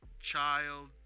child